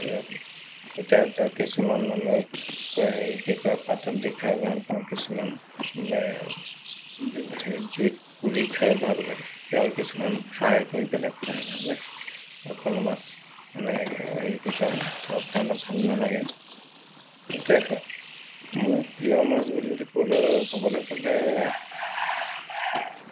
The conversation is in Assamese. এতিয়া ধৰক কিছুমান আমি এই কি কয় পাতত দি খাই ভাল পাওঁ কিছুমান জুইত পুৰি খায়ো ভাল লাগে আৰু কিছুমান ফ্ৰাই কৰি পেলাই খাই ভাল লাগে সকলো মাছ মানে কি কয় চব তাৰমানে ভাল নালাগে এতিয়া মোৰ প্ৰিয় মাছ বুলি ক'লে ক'বলৈ গ'লে